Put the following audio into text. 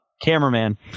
cameraman